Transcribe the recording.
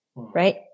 right